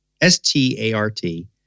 S-T-A-R-T